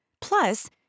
Plus